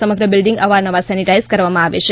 સમગ્ર બિલ્ડીંગ અવારનવાર સેનિટાઇઝ કરવામાં આવે છે